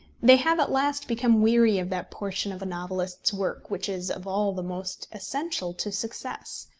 they have at last become weary of that portion of a novelist's work which is of all the most essential to success.